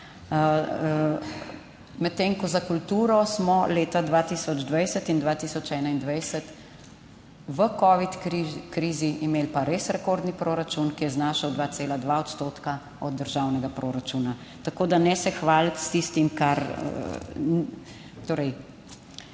Medtem ko za kulturo smo leta 2020 in 2021 v covid krizi imeli pa res rekordni proračun, ki je znašal 2,2 odstotka od državnega proračuna. Tako da ne se hvaliti s tistim kar,